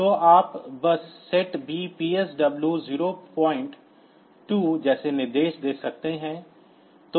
तो आप बस SETB PSW 02 जैसे निर्देश दे सकते हैं